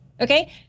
okay